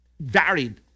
varied